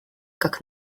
как